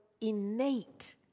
innate